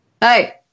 Hey